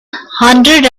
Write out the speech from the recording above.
hundred